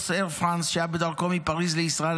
--- אייר פראנס שהיה בדרכו מפריז לישראל,